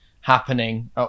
happening